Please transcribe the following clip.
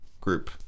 group